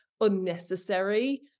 unnecessary